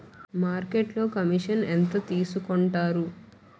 మార్కెట్లో కమిషన్ ఎంత తీసుకొంటారు?